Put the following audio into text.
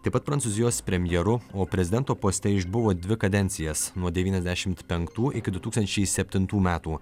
taip pat prancūzijos premjeru o prezidento poste išbuvo dvi kadencijas nuo devyniasdešimt penktų iki du tūkstančiai septintų metų